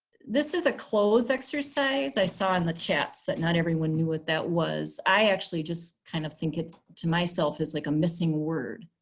this is a cloze exercise. i saw in the chats that not everyone knew what that was. i actually just kind of think it to myself as like a missing word.